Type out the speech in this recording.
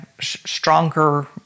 stronger